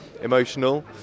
emotional